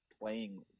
playing